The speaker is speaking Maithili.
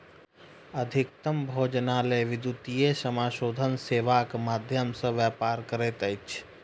अधिकतम भोजनालय विद्युतीय समाशोधन सेवाक माध्यम सॅ व्यापार करैत अछि